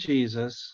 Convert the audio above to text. Jesus